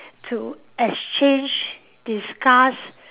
to exchange discuss